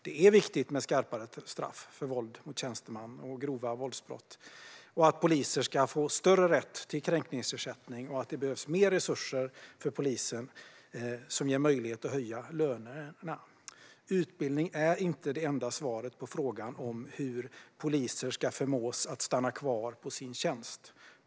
Det är viktigt med skarpare straff för våld mot tjänsteman och grova våldsbrott, att poliser får större rätt till kränkningsersättning och att polisen får mer resurser som ger möjlighet att höja lönerna. Utbildning är inte det enda svaret på frågan om hur poliser ska förmås att stanna kvar på sin tjänst.